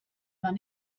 man